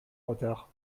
retard